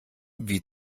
wie